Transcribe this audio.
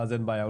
ואז אין בעיה,